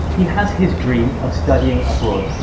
he has his dream of studying abroad,